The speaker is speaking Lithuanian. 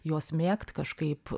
juos mėgt kažkaip